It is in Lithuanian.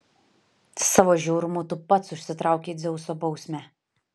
savo žiaurumu tu pats užsitraukei dzeuso bausmę